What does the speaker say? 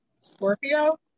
Scorpio